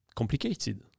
complicated